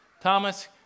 Thomas